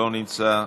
לא נמצא.